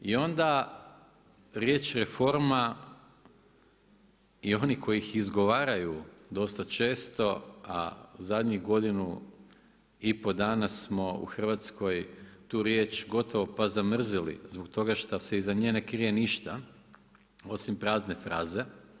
I onda riječ reforma i oni koji ih izgovaraju dosta često a zadnjih godinu i pol dana smo u Hrvatskoj tu riječ gotovo pa zamrzili zbog toga šta se iza nje ne krije ništa osim prazne fraze.